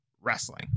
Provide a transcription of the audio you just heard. Wrestling